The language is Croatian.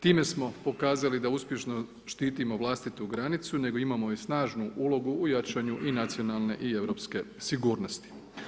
Time smo pokazali da uspješno štitimo vlastitu granicu nego imamo i snažnu ulogu u jačanju i nacionalne i europske sigurnosti.